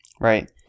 right